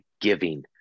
giving